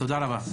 תודה רבה.